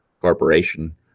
corporation